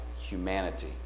humanity